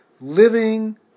living